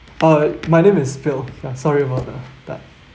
uh my name is bill ya sorry about that